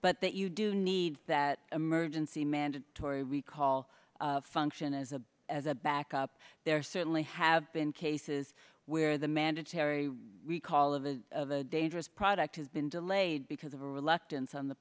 but that you do need that emergency mandatory recall function as a as a backup there certainly have been cases where the mandatory recall of a dangerous product has been delayed because of a reluctance on the